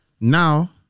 Now